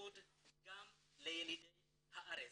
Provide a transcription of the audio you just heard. לימוד גם לילידי הארץ,